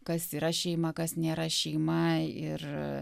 kas yra šeima kas nėra šeima ir